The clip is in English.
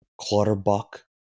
Clutterbuck